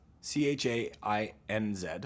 C-H-A-I-N-Z